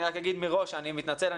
אני רק אומר מראש שאני מתנצל,